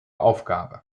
aufgabe